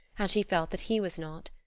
and she felt that he was not.